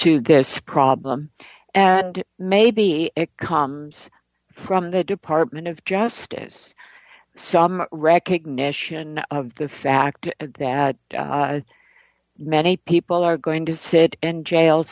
to this problem and maybe it comes from the department of justice some recognition of the fact that many people are going to sit in jail